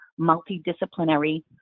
multidisciplinary